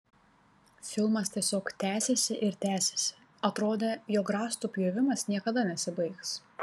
filmas tiesiog tęsėsi ir tęsėsi atrodė jog rąstų pjovimas niekada nesibaigs